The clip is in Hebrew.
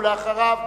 ואחריו,